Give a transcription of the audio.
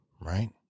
right